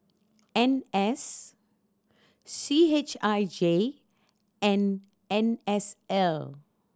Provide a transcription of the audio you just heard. N S C H I J and N S L